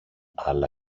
άλλα